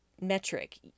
metric